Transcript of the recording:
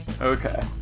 Okay